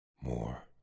more